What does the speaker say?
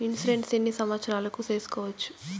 Insurance ఎన్ని సంవత్సరాలకు సేసుకోవచ్చు?